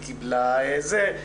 היא קיבלה זה,